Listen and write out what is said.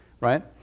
right